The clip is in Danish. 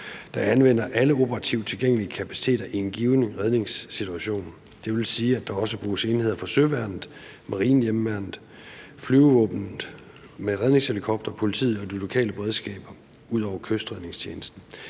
der anvender alle operativt tilgængelige kapaciteter i en given redningssituation. Det vil sige, at der også bruges enheder fra søværnet, marinehjemmeværnet, flyvevåbnet med redningshelikoptere, politiet og de lokale beredskaber – ud over Kystredningstjenesten.